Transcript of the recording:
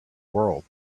world